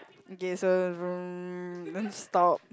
okay so don't stop